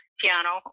piano